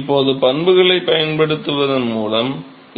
இப்போது பண்புகளைப் பயன்படுத்துவதன் மூலம்